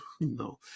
no